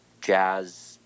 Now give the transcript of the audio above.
jazz